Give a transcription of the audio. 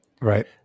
Right